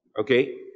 Okay